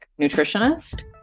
nutritionist